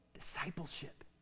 discipleship